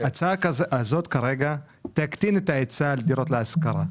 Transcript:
ההצעה הזו תקטין את ההיצע של דירות להשכרה.